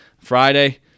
Friday